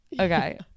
Okay